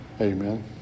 Amen